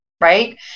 right